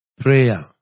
Prayer